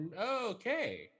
okay